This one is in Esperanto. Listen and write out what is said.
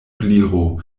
gliro